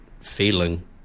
feeling